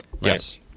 Yes